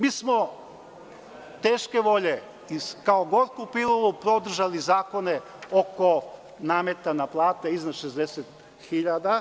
Mi smo teške volje kao gorku pilulu podržali zakone oko nameta na plate iznad 60.000.